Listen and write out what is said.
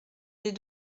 les